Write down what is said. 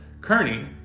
Kearney